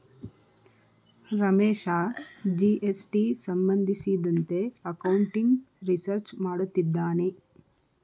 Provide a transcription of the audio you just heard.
Ramesh GST ಸಂಬಂಧಿಸಿದಂತೆ accounting research ಮಾಡುತ್ತಿದ್ದಾನೆ